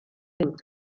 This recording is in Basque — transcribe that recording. dut